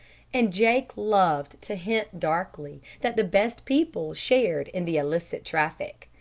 and jake loved to hint darkly that the best people shared in the illicit traffic.